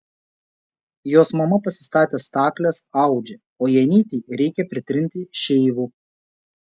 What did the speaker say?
jos mama pasistatė stakles audžia o janytei reikia pritrinti šeivų